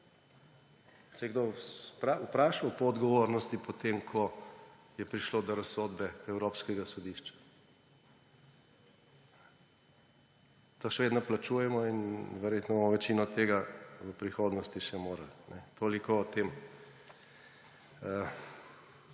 je kdo vprašal po odgovornosti, potem ko je prišlo do razsodbe evropskega sodišča? To še vedno plačujemo in verjetno bomo večino tega v prihodnosti še morali. Toliko o tem,